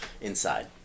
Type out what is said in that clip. Inside